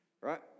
right